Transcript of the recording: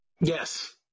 Yes